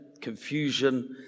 confusion